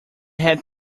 had